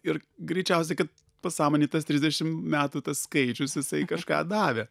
ir greičiausiai kad pasąmonėj tas trisdešim metų tas skaičius jisai kažką davė